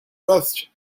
rust